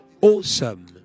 Awesome